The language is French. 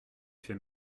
fait